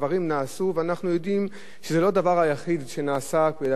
ואנחנו יודעים שזה לא הדבר היחיד שנעשה כדי להשתיק הפגנות.